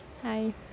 Hi